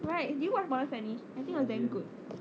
right do you watch modern family I think was damn good